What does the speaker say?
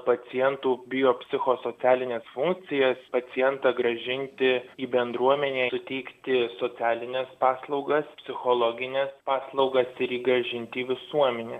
pacientų bijo psichosocialines funkcijas pacientą grąžinti į bendruomenę ir teikti socialines paslaugas psichologines paslaugas ir jį grąžinti į visuomenę